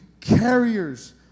carriers